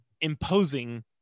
imposing